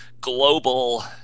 global